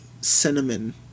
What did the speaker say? cinnamon